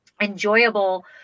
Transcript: enjoyable